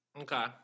Okay